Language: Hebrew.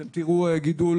אתם תראו גידול